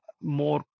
more